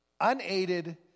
unaided